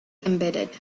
embedded